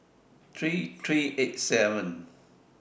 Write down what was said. three three eight seven